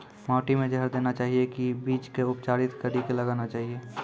माटी मे जहर देना चाहिए की बीज के उपचारित कड़ी के लगाना चाहिए?